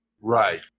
Right